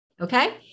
Okay